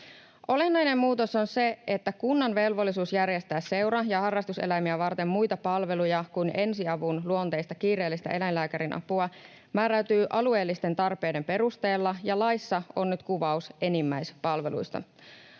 Olennainen muutos on se, että kunnan velvollisuus järjestää seura- ja harrastuseläimiä varten muita palveluja kuin ensiavun luonteista kiireellistä eläinlääkärin apua määräytyy alueellisten tarpeiden perusteella ja laissa on nyt kuvaus enimmäispalveluista.